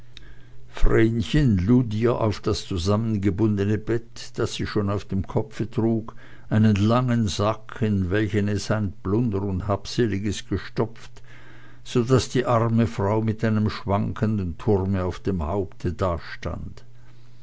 lud ihr auf das zusammengebundene bett das sie schon auf dem kopfe trug einen langen sack in welchen es sein plunder und habseliges gestopft so daß die arme frau mit einem schwankenden turme auf dem haupte